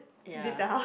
ya